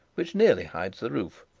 which nearly hides the roof,